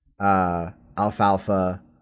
Alfalfa